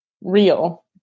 real